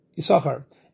Yisachar